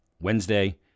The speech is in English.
Wednesday